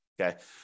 okay